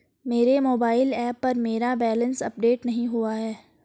मेरे mobile app पर मेरा बैलेंस अपडेट नहीं हुआ है